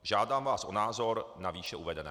Žádám vás o názor na výše uvedené.